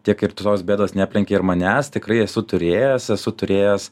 tiek ir tos bėdos neaplenkė ir manęs tikrai esu turėjęs esu turėjęs